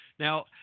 Now